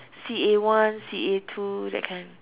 C_A one C_A two that kind